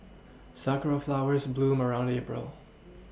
sakura flowers bloom around April